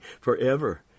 forever